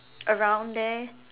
around there